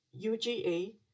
UGA